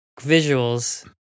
visuals